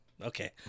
okay